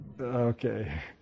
Okay